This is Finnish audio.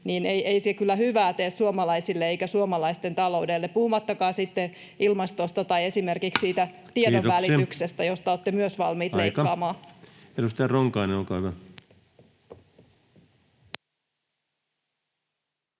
ei se kyllä hyvää tee suomalaisille eikä suomalaisten taloudelle puhumattakaan sitten ilmastosta tai esimerkiksi [Puhemies: Kiitoksia!] tiedonvälityksestä, josta olette myös [Puhemies: Aika!]